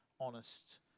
honest